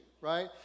right